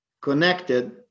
connected